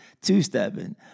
two-stepping